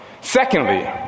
Secondly